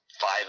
five